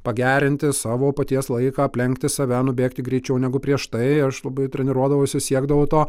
pagerinti savo paties laiką aplenkti save nubėgti greičiau negu prieš tai aš labai treniruodavausi siekdavau to